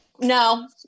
No